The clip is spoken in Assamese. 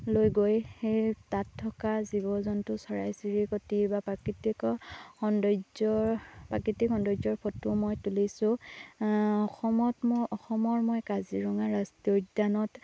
লৈ গৈ সেই তাত থকা জীৱ জন্তু চৰাই চিৰিকতি বা প্ৰাকৃতিক সৌন্দৰ্যৰ প্ৰাকৃতিক সৌন্দৰ্যৰ ফটো মই তুলিছোঁ অসমত মই অসমৰ মই কাজিৰঙা ৰাষ্ট্ৰীয় উদ্যানত